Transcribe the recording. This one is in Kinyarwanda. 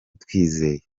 twiteze